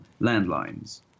landlines